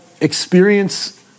experience